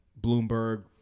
Bloomberg